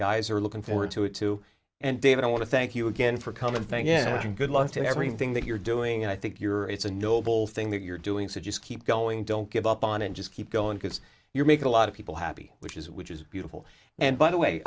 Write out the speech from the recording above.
guys are looking forward to it too and david i want to thank you again for coming thank you good luck to everything that you're doing and i think you're it's a noble thing that you're doing so just keep going don't give up on it just keep going because you're making a lot of people happy which is which is beautiful and by the way